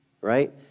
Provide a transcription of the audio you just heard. right